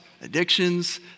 addictions